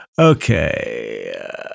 Okay